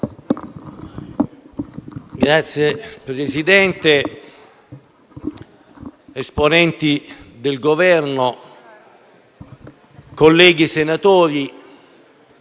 Signor Presidente, esponenti del Governo, colleghi senatori,